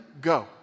go